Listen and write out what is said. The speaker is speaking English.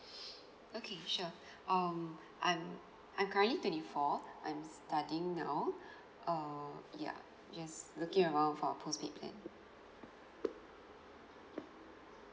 okay sure um I'm I'm currently twenty four I'm studying now err ya yes looking around for postpaid plan